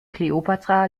kleopatra